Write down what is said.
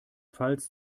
pfalz